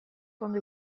ondo